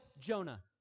Jonah